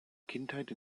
kindheit